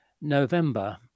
November